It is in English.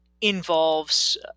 involves